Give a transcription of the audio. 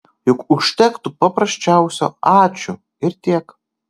juk užtektų paprasčiausio ačiū ir tiek